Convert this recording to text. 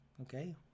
okay